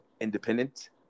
independent